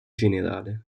generale